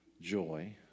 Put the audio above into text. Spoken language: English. joy